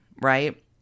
right